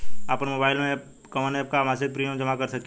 आपनमोबाइल में कवन एप से मासिक प्रिमियम जमा कर सकिले?